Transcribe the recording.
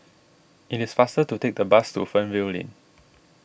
it is faster to take the bus to Fernvale Lane